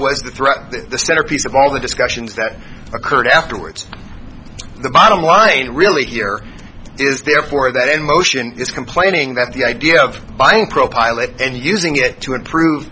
was the threat the centerpiece of all the discussions that occurred afterwards the bottom line really here is therefore that in motion is complaining that the idea of buying profile it and using it to improve